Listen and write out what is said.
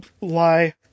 lie